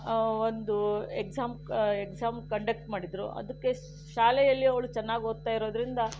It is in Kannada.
ಒಂದು ಎಕ್ಸಾಮ್ ಎಕ್ಸಾಮ್ ಕಂಡಕ್ಟ್ ಮಾಡಿದ್ದರು ಅದಕ್ಕೆ ಶಾಲೆಯಲ್ಲಿ ಅವಳು ಚೆನ್ನಾಗಿ ಓದ್ತಾ ಇರೋದ್ರಿಂದ